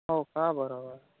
हो का बरोबर